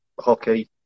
hockey